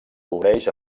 cobreix